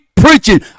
preaching